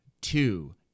Two